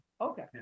Okay